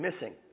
missing